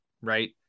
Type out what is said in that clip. right